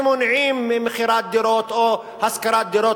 שמונעים מכירת דירות או השכרת דירות